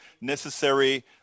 necessary